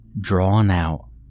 drawn-out